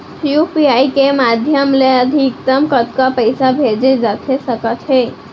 UPI के माधयम ले अधिकतम कतका पइसा भेजे जाथे सकत हे?